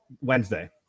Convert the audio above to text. Wednesday